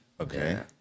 Okay